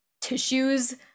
tissues